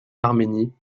arménie